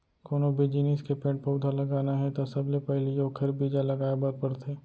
कोनो भी जिनिस के पेड़ पउधा लगाना हे त सबले पहिली ओखर बीजा लगाए बर परथे